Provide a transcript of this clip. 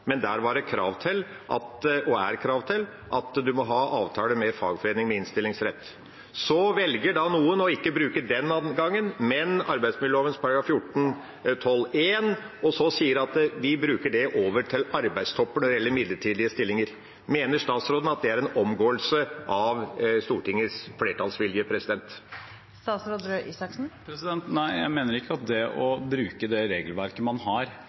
men der det er et krav at man må ha avtale med en fagforening med innstillingsrett. Så velger da noen ikke å bruke den adgangen, men arbeidsmiljøloven § 14-12 første ledd, og sier at de bruker det til arbeidstopper når det gjelder midlertidige stillinger. Mener statsråden at det er en omgåelse av Stortingets flertallsvilje? Nei, jeg mener ikke at det å bruke det regelverket man har,